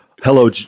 Hello